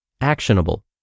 actionable